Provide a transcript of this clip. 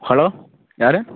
hello யாரு